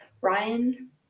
Ryan